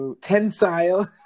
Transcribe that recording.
tensile